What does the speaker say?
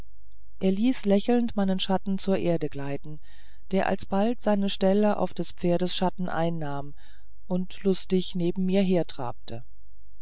er ließ lächelnd meinen schatten zur erde gleiten der alsbald seine stelle auf des pferdes schatten einnahm und lustig neben mir hertrabte